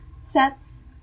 sets